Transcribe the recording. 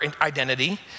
identity